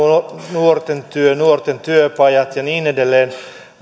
nuorten työpajat ja niin edelleen